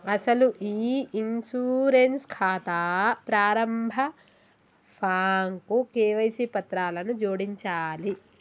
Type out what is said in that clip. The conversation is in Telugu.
అసలు ఈ ఇన్సూరెన్స్ ఖాతా ప్రారంభ ఫాంకు కేవైసీ పత్రాలను జోడించాలి